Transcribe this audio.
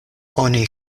oni